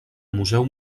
museu